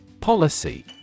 Policy